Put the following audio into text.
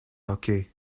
hockey